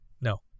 No